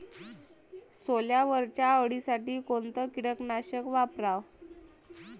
सोल्यावरच्या अळीसाठी कोनतं कीटकनाशक वापराव?